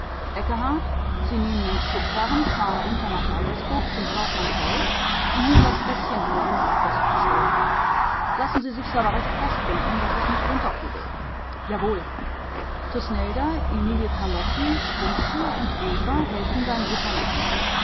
ekkehard sie nehmen einen schubkarren fahr'n runter nach waltersburg zum kaufmann scholz und hol'n das fäßchen heringe ab das ich bestellt hab lassen sie sich's aber recht festbinden daß es nicht runterkugelt jawohl thusnelda emilie karlotti strunzel und eva helfen beim